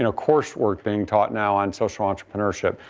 you know course we're being taught now on social entrepreneurship.